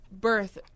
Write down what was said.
birth